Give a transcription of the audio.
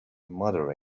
mother